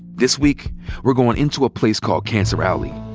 this week we're going into a place called cancer alley,